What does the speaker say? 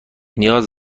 نیاز